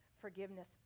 forgiveness